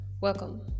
Welcome